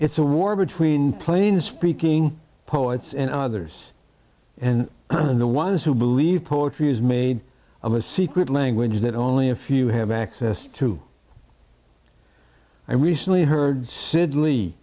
it's a war between plain speaking poets and others and the ones who believe poetry is made of a secret language that only a few have access to i recently heard s